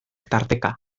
tarteka